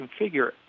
configure